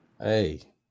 Hey